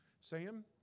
Sam